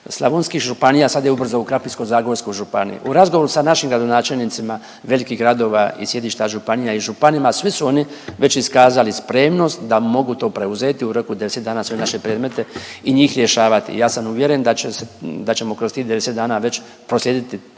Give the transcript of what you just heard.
slavonskih županija, sad je ubrzo u Krapinsko-zagorskoj županiji. U razgovoru sa našim gradonačelnicima velikih gradova i sjedišta županija i županima svi su oni već iskazali spremnost da mogu to preuzeti u roku 90 dana sve naše predmete i njih rješavati. Ja sam uvjeren da će se, da ćemo kroz tih 90 dana već proslijediti